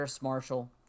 marshall